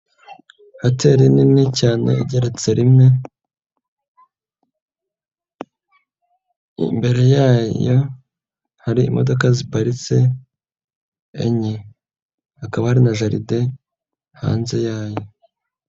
Hoteri nini cyane igeretse rimwe, imbere yayo hari imodoka ziparitse enye, hakaba hari na jaride hanze yayo.